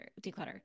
declutter